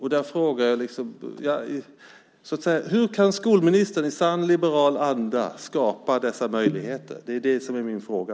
Hur kan skolministern i sann liberal anda skapa dessa möjligheter? Det är min fråga.